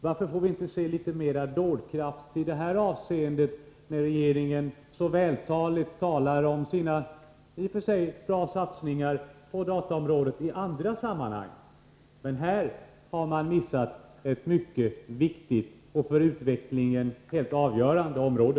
Varför får vi inte se litet mer dådkraft i detta avseende? Regeringen framhåller ju så vältaligt sina i och för sig bra satsningar på dataområdet i andra sammanhang. Här har man missat ett mycket viktigt och för utvecklingen helt avgörande område.